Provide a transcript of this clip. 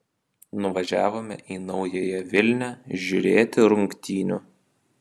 nuvažiavome į naująją vilnią žiūrėti rungtynių